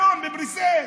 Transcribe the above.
היום בבריסל,